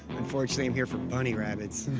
unfortunately i'm here for bunny rabbits.